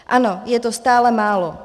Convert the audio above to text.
Ano, je to stále málo.